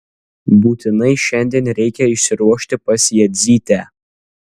būtinai šiandien reikia išsiruošti pas jadzytę